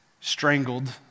strangled